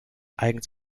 eigens